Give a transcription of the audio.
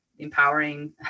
empowering